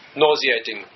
nauseating